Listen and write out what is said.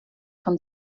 von